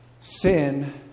Sin